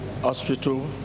hospital